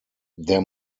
der